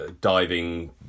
diving